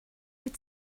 wyt